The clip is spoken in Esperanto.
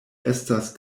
estas